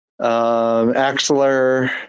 Axler